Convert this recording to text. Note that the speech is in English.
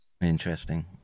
Interesting